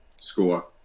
score